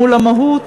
מול המהות,